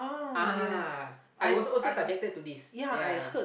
ah I was also subjected this ya